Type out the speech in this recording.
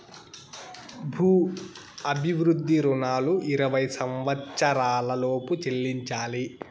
భూ అభివృద్ధి రుణాలు ఇరవై సంవచ్చరాల లోపు చెల్లించాలి